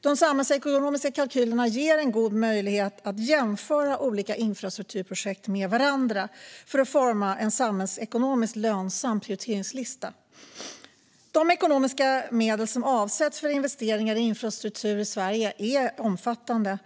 De samhällsekonomiska kalkylerna ger en god möjlighet att jämföra olika infrastrukturprojekt med varandra för att forma en samhällsekonomiskt lönsam prioriteringslista. De ekonomiska medel som avsätts för investeringar i infrastruktur i Sverige är omfattande.